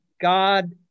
God